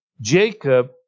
Jacob